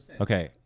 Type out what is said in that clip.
Okay